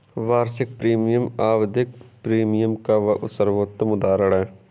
वार्षिक प्रीमियम आवधिक प्रीमियम का सर्वोत्तम उदहारण है